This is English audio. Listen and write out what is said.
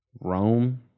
Rome